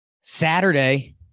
Saturday